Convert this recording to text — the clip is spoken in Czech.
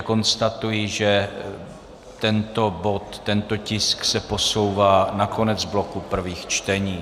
Konstatuji, že tento bod, tento tisk se posouvá na konec bloku prvých čtení.